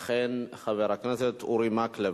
אכן, חבר הכנסת אורי מקלב.